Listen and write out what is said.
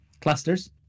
clusters